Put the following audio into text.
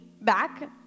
back